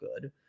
good